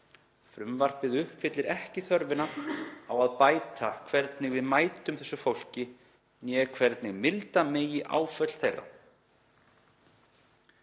Frumvarpið uppfyllir ekki þörfina á að bæta hvernig við mætum þessu fólki né hvernig milda megi áföll þeirra.